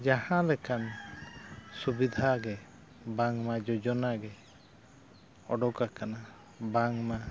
ᱡᱟᱦᱟᱸ ᱞᱮᱠᱟᱱ ᱥᱩᱵᱤᱫᱷᱟ ᱜᱮ ᱵᱟᱝᱢᱟ ᱡᱳᱡᱚᱱᱟ ᱜᱮ ᱩᱰᱚᱠ ᱟᱠᱟᱱᱟ ᱵᱟᱝᱢᱟ